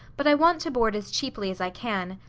but i want to board as cheaply as i can.